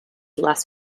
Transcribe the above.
less